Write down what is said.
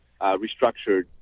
restructured